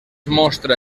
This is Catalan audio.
mostra